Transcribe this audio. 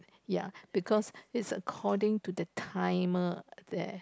ya because it's according to the timer there